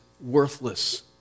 worthless